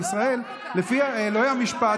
בישראל לפי אלוהי המשפט,